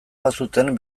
bazuten